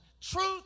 Truth